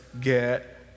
get